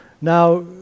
Now